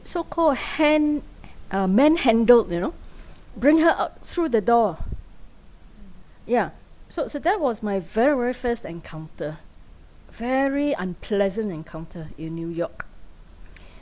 so call a hand uh manhandled you know bring her out through the door ya so so that was my very very first encounter very unpleasant encounter in new york